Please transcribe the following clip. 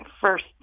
first